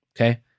okay